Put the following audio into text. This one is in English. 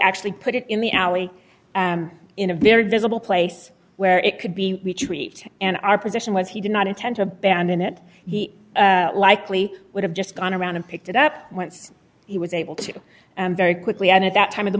actually put it in the alley in a very visible place where it could be retreat and our position which he did not intend to abandon it he likely would have just gone around and picked it up when he was able to very quickly and at that time of the